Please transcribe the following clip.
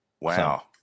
Wow